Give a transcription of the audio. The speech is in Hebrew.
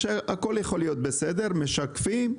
משקפים.